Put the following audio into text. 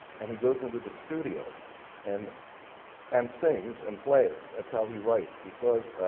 and he goes into the studio and and sings and plays. that's how he writes, because